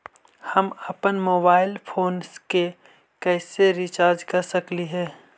हम अप्पन mobile phone के कैसे रिचार्ज कर सकली हे?